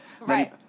Right